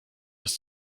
ist